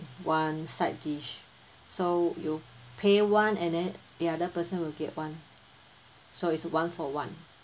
one side dish so you pay one and then the other person will get one so is one for one